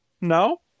No